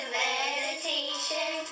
meditation